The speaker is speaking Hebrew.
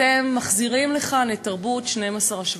אתם מחזירים לכאן את תרבות 12 השבטים,